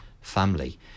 family